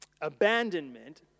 abandonment